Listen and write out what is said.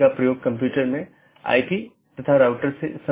इसलिए हमारे पास BGP EBGP IBGP संचार है